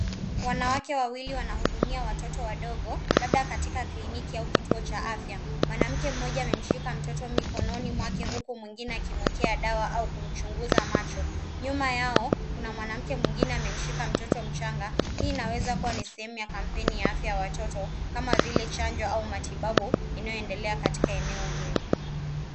Wanawake wawili wanahudumia watoto wadogo labda katika kliniki au kituo cha afya mwanamke mmoja amemsika mtoto mikononi mwake huku mwingine akimwekea dawa au kumchunguza macho. Nyuma yao kuna mwanamke mwingine amemshika mtoto mchanga, hii inaweza kuwa ni sehemu ya kampeni ya afya ya watoto kama vile chanjo au matibabu inayoendelea katika eneo hili.